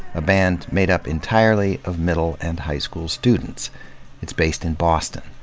a band made up entirely of middle and high school students it's based in boston.